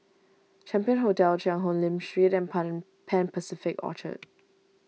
Champion Hotel Cheang Hong Lim Street Pan Pacific Orchard